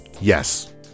Yes